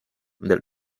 del